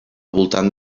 voltant